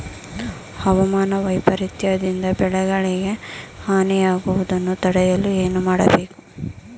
ಹವಾಮಾನ ವೈಪರಿತ್ಯ ದಿಂದ ಬೆಳೆಗಳಿಗೆ ಹಾನಿ ಯಾಗುವುದನ್ನು ತಡೆಯಲು ಏನು ಮಾಡಬೇಕು?